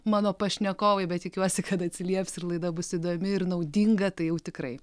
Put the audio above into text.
mano pašnekovai bet tikiuosi kad atsilieps ir laida bus įdomi ir naudinga tai jau tikrai